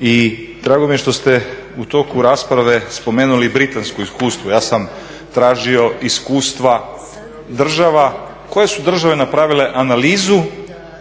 i drago mi je što ste u toku rasprave spomenuli britansko iskustvo. Ja sam tražio iskustva država koje su države napravile analizu